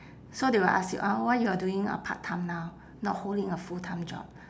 so they will ask you uh why you are doing a part time now not holding a full time job